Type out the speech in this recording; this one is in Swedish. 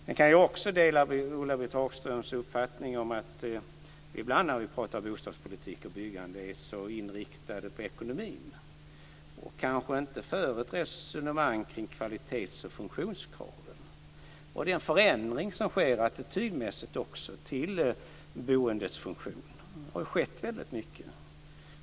Jag kan också dela Ulla-Britt Hagströms uppfattning att vi ibland när vi pratar om bostadspolitik och byggande är väldigt inriktade på ekonomin. Vi kanske inte för ett resonemang omkring kvalitets och funktionskraven och omkring den förändring som sker i fråga om attityden till boendets funktion. Det har ju skett väldigt mycket.